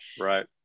Right